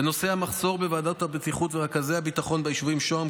בנושא המחסור בוועדות הבטיחות ורכזי הביטחון ביישובים שוהם,